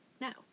No